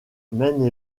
maine